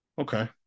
okay